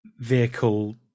Vehicle